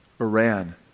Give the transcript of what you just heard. Iran